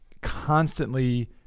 constantly